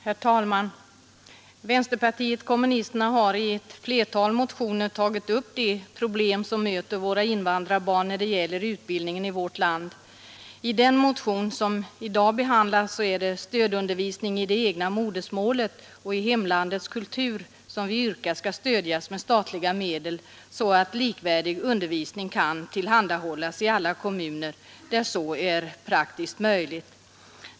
Herr talman! Vänsterpartiet kommunisterna har i ett flertal motioner tagit upp de problem som i vårt land möter invandrarbarnen när det gäller utbildningen. I den motion som i dag behandlas yrkar vi att stödundervisning i det egna modersmålet och i hemlandets kultur skall stödjas med statliga medel, så att likvärdig undervisning kan tillhandahållas i alla kommuner där så är praktiskt möjligt.